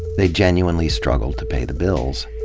they genuinely struggled to pay the bills.